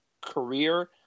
career